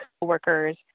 coworkers